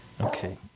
Okay